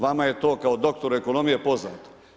Vama je to kao doktor ekonomije poznato.